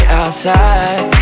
outside